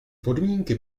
podmínky